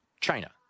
China